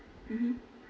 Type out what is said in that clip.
mmhmm